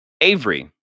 Avery